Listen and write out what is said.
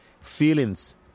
feelings